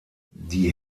die